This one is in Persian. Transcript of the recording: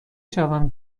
شوم